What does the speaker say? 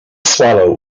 swallow